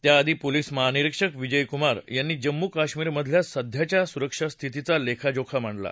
त्याआधी पोलीस महानिरिक्षक विजय कुमार यांनी जम्मू कश्मीरमधल्या सध्याच्या सुरक्षास्थितीचा लेखाजोखा मांडला